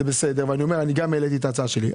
גם העליתי את ההצעה שלי,